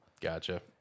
Gotcha